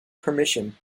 permission